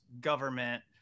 government